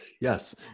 Yes